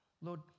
Lord